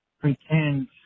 pretend